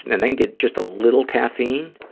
and then get just a little caffeine,